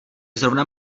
zrovna